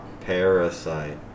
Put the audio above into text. Parasite